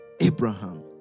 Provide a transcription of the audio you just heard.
Abraham